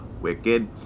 wicked